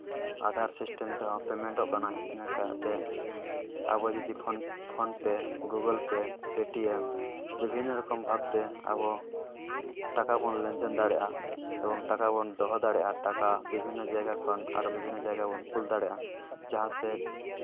Aadhaar system ᱛᱮᱦᱚᱸ ᱯᱮᱢᱮᱱᱴᱚᱜ ᱠᱟᱱᱟ ᱤᱱᱟᱹ ᱠᱟᱛᱮᱫ ᱟᱵᱚ ᱡᱩᱫᱤ PhonePe Google Pay Paytm ᱵᱤᱵᱷᱤᱱᱱᱚ ᱨᱚᱠᱚᱢ ᱵᱷᱟᱵᱽᱛᱮ ᱟᱵᱚ ᱴᱟᱠᱟ ᱵᱚᱱ ᱞᱮᱱᱫᱮᱱ ᱫᱟᱲᱮᱜᱼᱟ ᱮᱵᱚᱝ ᱴᱟᱠᱟ ᱵᱚᱱ ᱫᱚᱦᱚ ᱫᱟᱲᱮᱭᱟᱜᱼᱟ ᱴᱟᱠᱟ ᱵᱤᱵᱷᱤᱱᱱᱚ ᱡᱟᱭᱜᱟ ᱠᱷᱚᱱ ᱟᱨ ᱵᱤᱵᱷᱤᱱᱱᱚ ᱡᱟᱭᱜᱟ ᱵᱚᱱ ᱠᱩᱞ ᱫᱟᱲᱮᱭᱟᱜᱼᱟ ᱡᱟᱦᱟᱸᱛᱮ